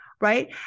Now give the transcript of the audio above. Right